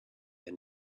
and